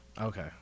Okay